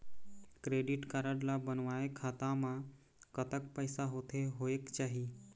Credit card ला बनवाए खाता मा कतक पैसा होथे होएक चाही?